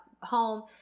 home